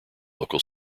local